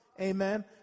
Amen